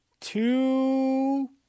two